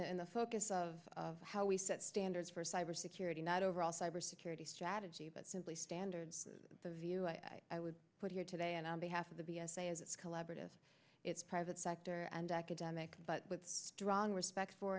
the in the focus of how we set standards for cyber security not overall cyber security strategy but simply standard view i i would put here today and on behalf of the b s a is it's collaborative it's private sector and academic but with strong respect for